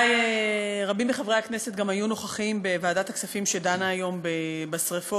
רבים מחברי הכנסת היו נוכחים בוועדת הכספים שדנה היום בשרפות.